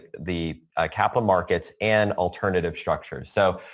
the capital markets and alternative structures. so,